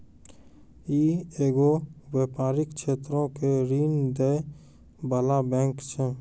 इ एगो व्यपारिक क्षेत्रो के ऋण दै बाला बैंक छै